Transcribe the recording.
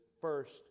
first